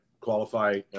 qualify